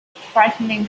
frightening